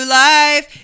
life